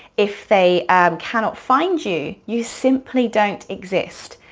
if they cannot find you, you simply don't exist.